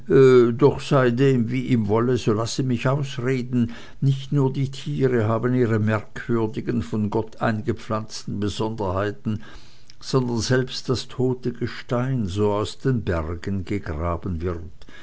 doch sei dem wie ihm wolle so lasset mich ausreden nicht nur die tiere haben ihre merkwürdigen von gott eingepflanzten besonderheiten sondern selbst das tote gestein so aus den bergen gegraben wird